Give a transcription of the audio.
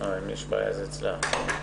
אחריה ורד ששון.